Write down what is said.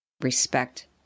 respect